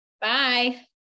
bye